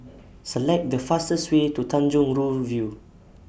Select The fastest Way to Tanjong Rhu View